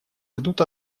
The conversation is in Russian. ждут